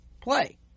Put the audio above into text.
play